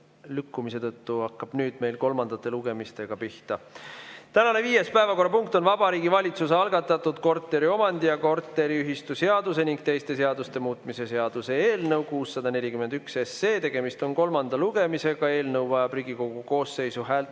lükkumise tõttu hakkame alles nüüd kolmandate lugemistega pihta. Tänane viies päevakorrapunkt on Vabariigi Valitsuse algatatud korteriomandi‑ ja korteriühistuseaduse ning teiste seaduste muutmise seaduse eelnõu 641 kolmas lugemine. Eelnõu vajab Riigikogu koosseisu